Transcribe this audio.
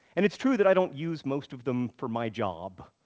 and it's true that i don't use most of them for my job,